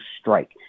strike